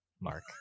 Mark